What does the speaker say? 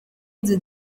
inzu